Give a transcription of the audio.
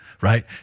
right